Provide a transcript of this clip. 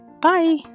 Bye